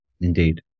Indeed